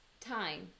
time